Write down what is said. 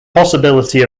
possibility